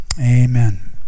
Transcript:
Amen